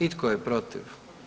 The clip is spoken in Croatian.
I tko je protiv?